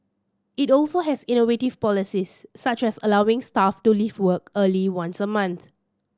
it also has innovative policies such as allowing staff to leave work early once a month